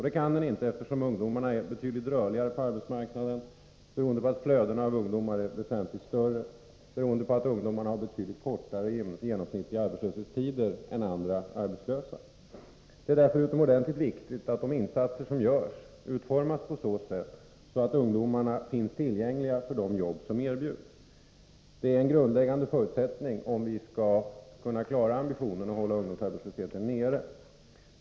Det kan den inte, eftersom ungdomarna är betydligt rörligare på arbetsmarknaden, beroende på att flödena av ungdomar är väsentligt större och att ungdomarna har betydligt kortare genomsnittlig arbetslöshet än andra arbetslösa. Det är därför utomordentligt viktigt att de insatser som görs utformas så att ungdomarna finns tillgängliga för att ta de jobb som erbjuds. Det är en grundläggande förutsättning, om vi skall kunna klara uppgiften att hålla ungdomsarbetslösheten nere.